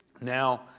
Now